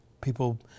people